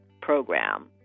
program